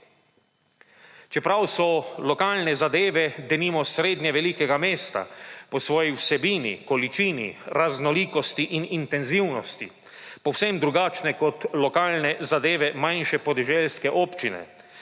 Čeprav so lokalne zadeve, denimo, srednje velikega mesta po svoji vsebini, količini, raznolikosti in intenzivnosti povsem drugačne kot lokalne zadeve manjše podeželske občine,